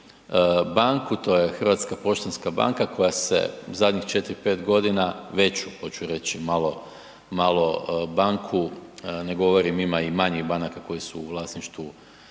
banku to je HPB koja se zadnjih 4,5 godina, veću hoću reći malo banku, ne govorim ima i manjih banaka koje su u vlasništvu